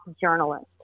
journalist